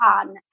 on